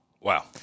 Wow